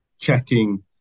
checking